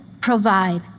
provide